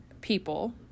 people